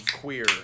queer